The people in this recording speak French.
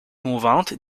mouvante